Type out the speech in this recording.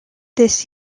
this